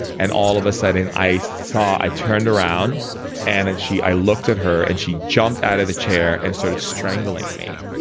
and all of a sudden, i saw, i turned around and and then, i looked at her and she jumped out of the chair and started strangling me